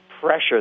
pressure